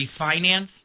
refinance